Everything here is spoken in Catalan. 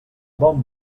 bon